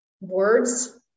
words